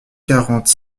quarante